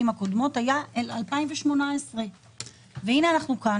הקודמות הייתה על 2018. והינה אנחנו כאן,